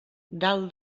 dalt